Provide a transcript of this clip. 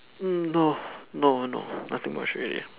mm no no no nothing much really